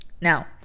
now